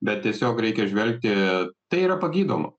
bet tiesiog reikia žvelgti tai yra pagydoma